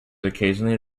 occasionally